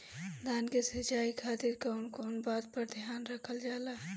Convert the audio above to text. धान के सिंचाई खातिर कवन कवन बात पर ध्यान रखल जा ला?